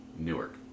Newark